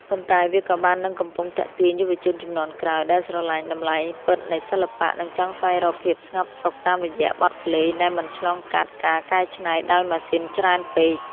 ប៉ុន្តែវាក៏បាននិងកំពុងទាក់ទាញយុវជនជំនាន់ក្រោយដែលស្រឡាញ់តម្លៃពិតនៃសិល្បៈ និងចង់ស្វែងរកភាពស្ងប់សុខតាមរយៈបទភ្លេងដែលមិនឆ្លងកាត់ការកែច្នៃដោយម៉ាស៊ីនច្រើនពេក។